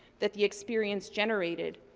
that the experience generated,